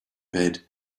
bed